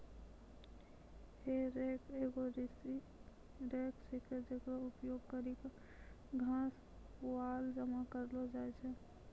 हे रेक एगो कृषि रेक छिकै, जेकरो उपयोग करि क घास, पुआल जमा करलो जाय छै